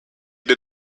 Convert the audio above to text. did